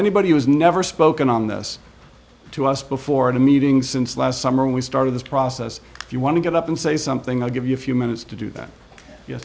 anybody who's never spoken on this to us before in a meeting since last summer when we started this process if you want to get up and say something i'll give you a few minutes to do that y